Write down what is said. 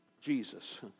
Jesus